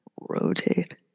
rotate